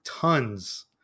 tons